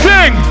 Sing